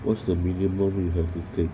what's the minimum you have to take